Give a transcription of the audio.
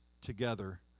together